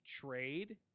trade